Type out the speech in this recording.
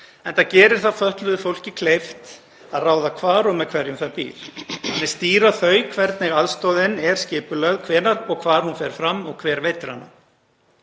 enda gerir það fötluðu fólki kleift að ráða hvar og með hverjum það býr. Þannig stýra þau hvernig aðstoðin er skipulögð, hvenær og hvar hún fer fram og hver veitir hana.